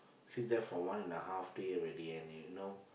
sit there for one and a half day already and you know